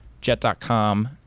Jet.com